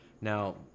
now